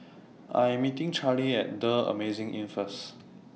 I Am meeting Charlie At The Amazing Inn First